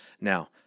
Now